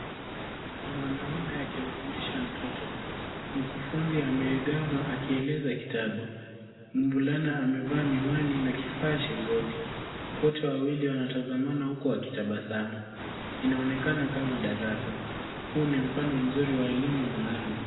Mwanaume akimfundisha mtoto, mkufunzi ameegama akitazama kitabu, mvulana amevaa miwani na kifaa shingoni. Wote wawili wanatazamana huku wakitabasamu. Inaonekana kama darasa. Huu ni mfano mzuri wa elimu maalum.